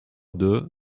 deux